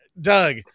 Doug